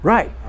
Right